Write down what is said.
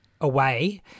away